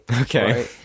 Okay